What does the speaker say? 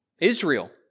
Israel